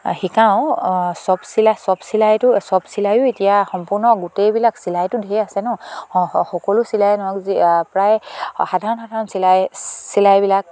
শিকাওঁ চব চিলাই চব চিলাইটো চব চিলাইও এতিয়া সম্পূৰ্ণ গোটেইবিলাক চিলাইটো ধেৰ আছে ন সকলো চিলাই নহওক যি প্ৰায় সাধাৰণ সাধাৰণ চিলাই চিলাইবিলাক